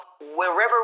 wherever